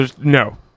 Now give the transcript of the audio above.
No